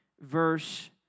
verse